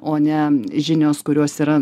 o ne žinios kurios yra